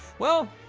well,